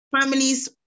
families